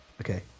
Okay